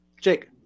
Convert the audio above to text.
Jake